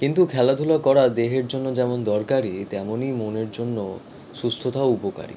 কিন্তু খেলাধুলো করা দেহের জন্য যেমন দরকারি তেমনই মনের জন্য সুস্থতাও উপকারী